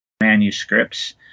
manuscripts